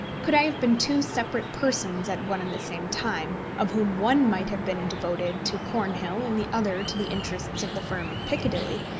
could i have been two separate persons at one and the same time, of whom one might have been devoted to cornhill and the other to the interests of the firm in piccadilly,